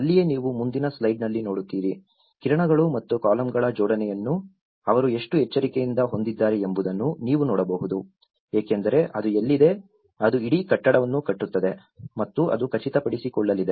ಅಲ್ಲಿಯೇ ನೀವು ಮುಂದಿನ ಸ್ಲೈಡ್ನಲ್ಲಿ ನೋಡುತ್ತೀರಿ ಕಿರಣಗಳು ಮತ್ತು ಕಾಲಮ್ಗಳ ಜೋಡಣೆಯನ್ನು ಅವರು ಎಷ್ಟು ಎಚ್ಚರಿಕೆಯಿಂದ ಹೊಂದಿದ್ದಾರೆ ಎಂಬುದನ್ನು ನೀವು ನೋಡಬಹುದು ಏಕೆಂದರೆ ಅದು ಎಲ್ಲಿದೆ ಅದು ಇಡೀ ಕಟ್ಟಡವನ್ನು ಕಟ್ಟುತ್ತದೆ ಮತ್ತು ಅದು ಖಚಿತಪಡಿಸಿಕೊಳ್ಳಲಿದೆ